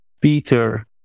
Peter